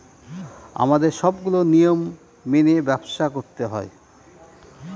আমাদের সবগুলো নিয়ম মেনে ব্যবসা করতে হয়